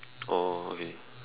oh okay